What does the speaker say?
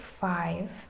five